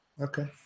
Okay